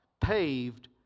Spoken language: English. paved